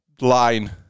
line